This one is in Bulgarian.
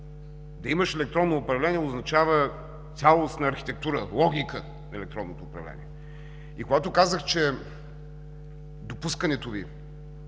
Да имаш електронно управление означава цялостна архитектура, логика на електронното управление, и Ви казах, че допускането,